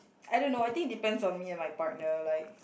I don't know I think depends on me and my partner like